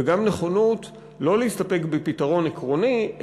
וגם נכונות לא להסתפק בפתרון עקרוני,